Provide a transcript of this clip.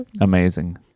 Amazing